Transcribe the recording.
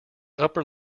upper